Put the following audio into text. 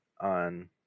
on